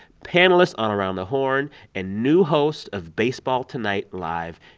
panelist on around the horn and new host of baseball tonight live.